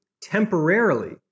temporarily